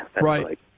Right